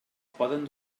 poden